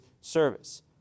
service